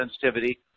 sensitivity